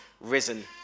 risen